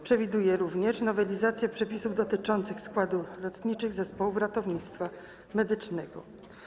Przewiduje również nowelizację przepisów dotyczących składów leczniczych zespołów ratownictwa medycznego.